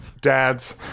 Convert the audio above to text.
dads